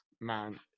Man